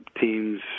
teams